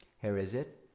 here is it.